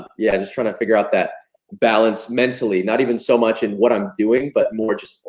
yeah, just trying to figure out that balance mentally, not even so much in what i'm doing, but more just,